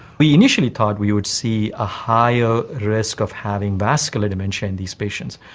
we initially thought we would see a higher risk of having vascular dementia in these patients,